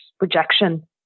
rejection